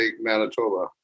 Manitoba